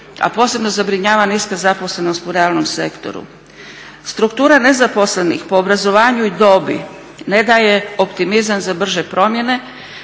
a posebno zabrinjava niska zaposlenost u realnom sektoru. Struktura nezaposlenih po obrazovanju i dobi ne daje optimizam za brže promjene